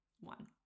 one